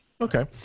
Okay